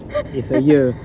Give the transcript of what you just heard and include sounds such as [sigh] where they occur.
[laughs]